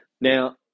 Now